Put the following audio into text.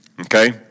Okay